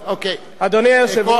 אדוני היושב-ראש,